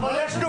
בבקשה.